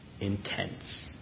intense